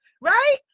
right